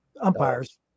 umpires